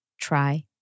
try